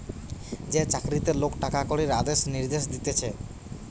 যে চাকরিতে লোক টাকা কড়ির আদেশ নির্দেশ দিতেছে